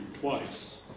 twice